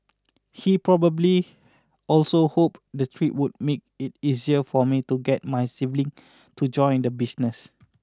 he probably also hoped the trip would make it easier for me to get my sibling to join the business